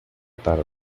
tarde